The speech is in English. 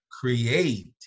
create